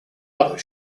other